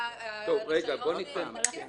הרישיון תקף.